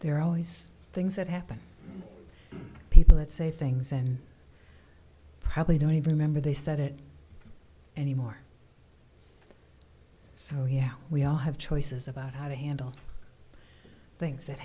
are always things that happen people that say things and probably don't even remember they said it anymore so yeah we all have choices about how to handle things that